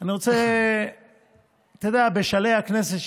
בשלהי הכנסת,